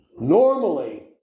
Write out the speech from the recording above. Normally